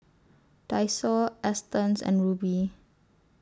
Daiso Astons and Rubi